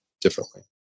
differently